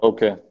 Okay